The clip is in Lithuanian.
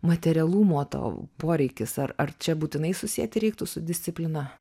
materialumo to poreikis ar ar čia būtinai susieti reiktų su disciplina